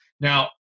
Now